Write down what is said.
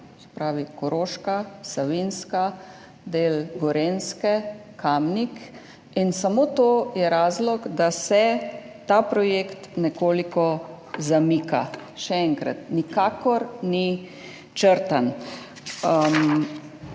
Koroška, Savinjska, del Gorenjske, Kamnik. In samo to je razlog, da se ta projekt nekoliko zamika. Še enkrat, nikakor ni črtan.